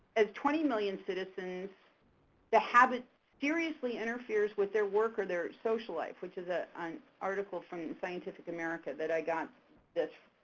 as twenty million citizens the habit seriously interferes with their work or their social life, which is ah an article from scientific america that i got this.